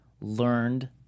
learned